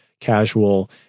casual